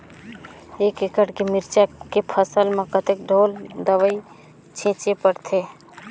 एक एकड़ के मिरचा के फसल म कतेक ढोल दवई छीचे पड़थे?